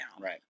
Right